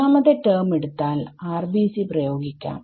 ഒന്നാമത്തെ ടെർമ് എടുത്താൽ RBC പ്രയോഗിക്കാം